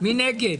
מי נגד?